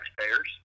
taxpayers